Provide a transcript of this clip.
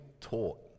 taught